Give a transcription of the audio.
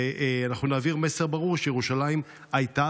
ואנחנו נעביר מסר ברור שירושלים הייתה